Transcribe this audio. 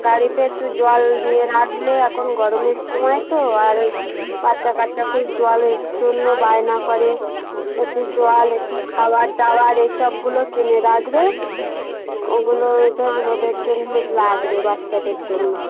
গাড়িতে একটু জল নিয়ে রাখলে এখন গরমের সময় তো আর ওই বাচ্চা কাচ্চা খুব জলের জন্য বায়না করে একটু জল একটু খাবার দাবার এসবগুলো কিনে রাখবে ওগুলো ওদের ওদের জন্য লাগবে বাচ্চাদের জন্য